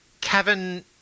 Kevin